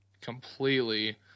completely